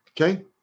Okay